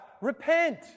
repent